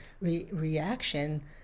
reaction